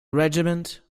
regiment